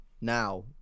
now